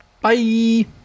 Bye